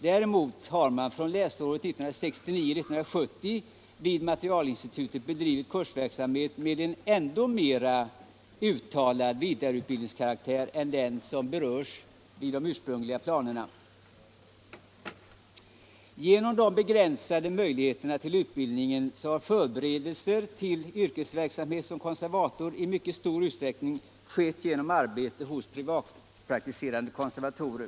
Däremot har man från läsåret 1969/70 vid materialinstitutet bedrivit kursverksamhet med en ändå mera uttalad vidareutbildningskaraktär än den som ägde rum enligt de ursprungliga planerna. På grund av de begränsade möjligheterna till utbildning har förberedelse till yrkesverksamhet som konservator i mycket stor utsträckning skett genom arbete hos privatpraktiserande konservatorer.